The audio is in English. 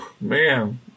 man